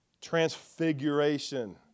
transfiguration